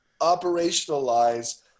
operationalize